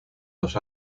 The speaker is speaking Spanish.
los